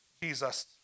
Jesus